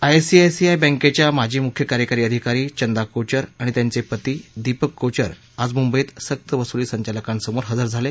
ICICI बँकेच्या माजी मुख्य कार्यकारी अधिकारी चंदा कोचर आणि त्यांचे पती दीपक कोचर आज मुंबईत सक्तवसुली संचालनालकांसमोर हजर झाले